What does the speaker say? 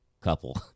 couple